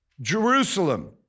Jerusalem